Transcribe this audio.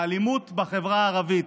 האלימות בחברה הערבית.